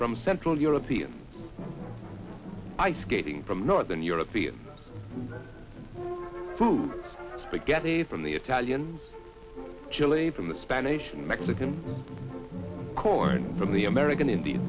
from central european ice skating from northern european food spaghetti from the italian chili from the spanish mexican corn from the american indian